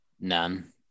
None